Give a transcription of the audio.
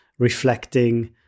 reflecting